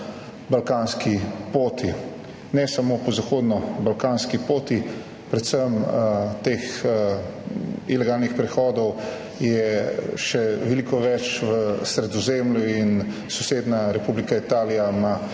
Ne samo po zahodnobalkanski poti, predvsem ilegalnih prehodov je še veliko več v Sredozemlju, sosednja Republika Italija ima